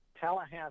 Tallahassee